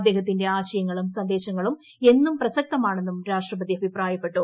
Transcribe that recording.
അദ്ദേഹത്തിന്റെ ആശയങ്ങളും സന്ദേശങ്ങളും എന്നും പ്രസക്തമാണെന്നും രാഷ്ട്രപതി അഭിപ്രായപ്പെട്ടു